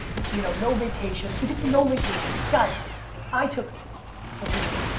you know no vacations. we took no vacations. guys i took three,